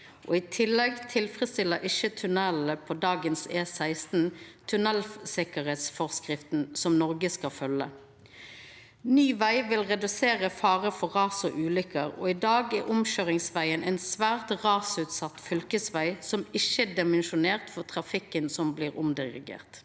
I tillegg tilfredsstiller ikkje tunnelane på dagens E16 tunellsikkerheitsforskrifta, som Noreg skal følgja. Ny veg vil redusera faren for ras og ulykker, og i dag er omkøyringsvegen ein svært rasutsett fylkesveg som ikkje er dimensjonert for trafikken som blir omdirigert.